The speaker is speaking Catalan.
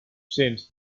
cents